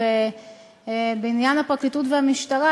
ובעניין הפרקליטות והמשטרה,